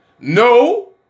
no